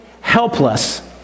helpless